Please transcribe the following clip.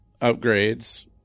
upgrades